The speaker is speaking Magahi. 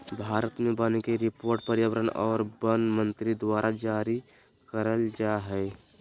भारत मे वानिकी रिपोर्ट पर्यावरण आर वन मंत्री द्वारा जारी करल जा हय